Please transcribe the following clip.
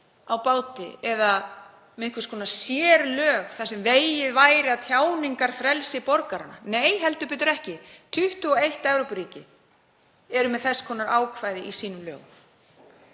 á báti eða með einhvers konar sérlög þar sem vegið væri að tjáningarfrelsi borgaranna. Nei, heldur betur ekki. 21 Evrópuríki er með þess konar ákvæði í sínum lögum.